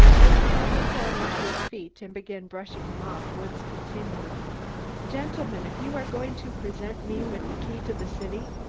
as we helped the coroner to his feet and began brushing him off woods continued gentlemen, if you are going to present me with the key to the city,